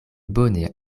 bone